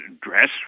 dress